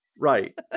Right